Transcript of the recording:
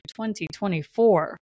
2024